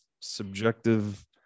subjective